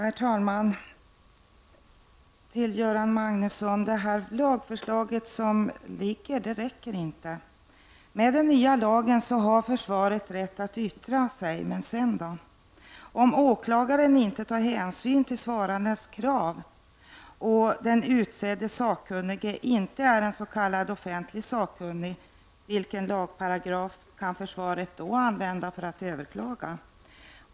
Herr talman! Jag vill säga följande till Göran Magnusson. Det föreliggande lagförslaget räcker inte. Med den nya lagen har försvaret rätt att yttra sig, men vad händer sedan? Om åklagaren inte tar hänsyn till svarandens krav och den utsedda sakkunnige inte är en s.k. offentlig sakkunnig, vilken lagparagraf kan försvaret då använda för att överklaga?